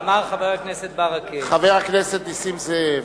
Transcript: אמר חבר הכנסת ברכה, חבר הכנסת נסים זאב.